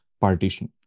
partition